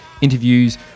interviews